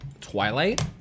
Twilight